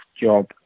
job